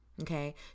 okay